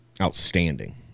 outstanding